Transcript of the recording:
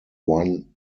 one